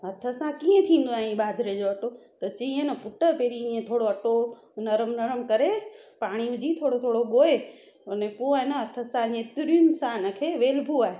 हथ सां कीअं थींदो आहे ईअं बाजरे जो अटो त चईं है न पुट पहिरियों हीअं थोरो अटो नरम नरम करे पाणी विझी थोरो थोरो ॻोहे अने पोइ आहे न हथ सां हीअं तुरियुनि सां हिनखे वेलबो आहे